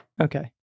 Okay